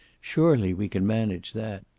surely we can manage that.